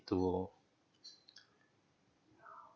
to